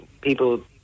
people